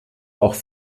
auch